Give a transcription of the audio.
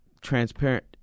transparent